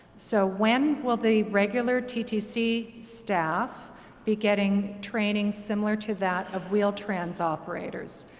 so when will the regular ttc staff be getting training similar to that of wheel-trans operators?